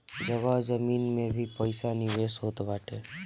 जगह जमीन में भी पईसा निवेश होत बाटे